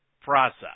process